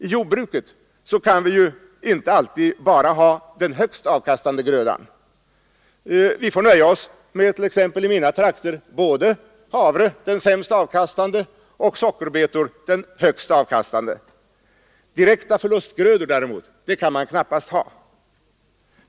I jordbruket kan vi inte alltid bara ha den högst avkastande grödan. Vi får i t.ex. mina trakter finna oss i att ha både havre — den sämst avkastande — och sockerbetor, som ju är den högst avkastande grödan. Direkta förlustgrödor kan man däremot knappast ha.